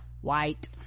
white